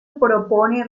propone